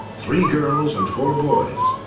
three girls and four boys.